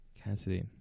Cassidy